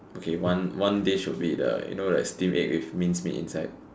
okay one one dish would be the you know steamed egg with minced meat inside